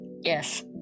Yes